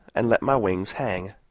and let my wings hang.